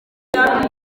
yari